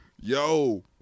yo